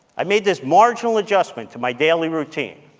i made this marginal adjustment to my daily routine.